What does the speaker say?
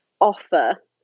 offer